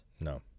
No